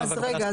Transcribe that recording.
אז רגע,